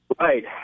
Right